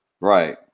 Right